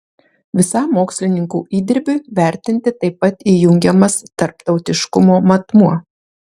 visam mokslininkų įdirbiui vertinti taip pat įjungiamas tarptautiškumo matmuo